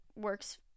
works